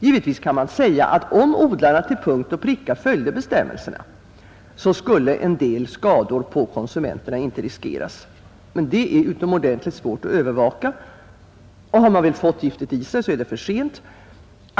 Givetvis kan man säga att om odlarna till punkt och pricka följde bestämmelserna, skulle en del skador på konsumenterna inte riskeras. Men detta är utomordentligt svårt att övervaka, och har man väl fått giftet i sig, är det för sent.